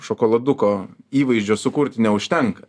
šokoladuko įvaizdžio sukurti neužtenka